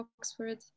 Oxford